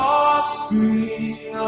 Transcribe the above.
offspring